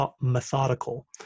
methodical